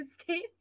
States